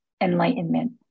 enlightenment